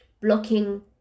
blocking